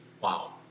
wow